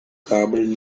garbled